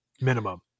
minimum